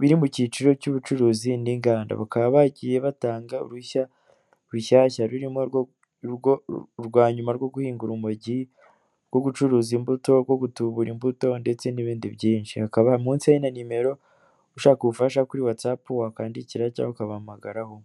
biri mu cyiciro cy'ubucuruzi n'inganda. Bakaba bagiye batanga uruhushya rushyashya rurimo urwa nyuma rwo guhinga urumogi, rwo gucuruza imbuto, rwo gutubura imbuto ndetse n'ibindi byinshi. Hakaba munsi hariho na nimero, ushaka ubufasha kuri watsapu wakwandikira cyangwa ukabahamagaraho.